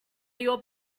your